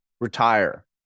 retire